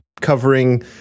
covering